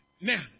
Now